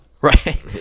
Right